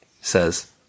says